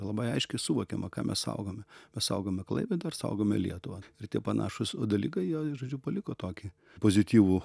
labai aiškiai suvokiama ką mes saugome mes saugome klaipėdą ar saugome lietuvą ir tie panašūs dalykai jie žodžiu paliko tokį pozityvų